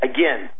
Again